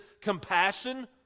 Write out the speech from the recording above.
compassion